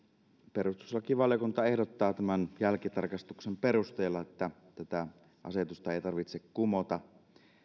perustuslakivaliokunta ehdottaa tämän jälkitarkastuksen perusteella että tätä asetusta ei tarvitse kumota